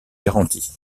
garantie